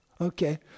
Okay